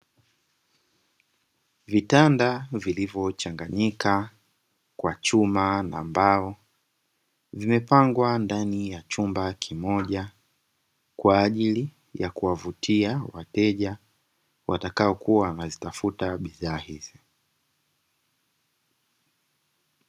Vitanda vilivyo changanyika kwa chuma na mbao, vimepangwa ndani ya chumba kimoja kwa ajili ya kuwavutia wateja, watakaokua wanazitafuta bidhaa hizi.